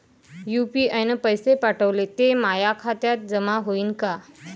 UPI न पैसे पाठवले, ते माया खात्यात जमा होईन का?